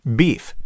beef